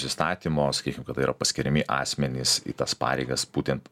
įstatymo sakykim kad tai yra paskiriami asmenys į tas pareigas būtent